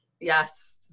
Yes